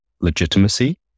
legitimacy